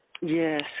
yes